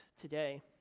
today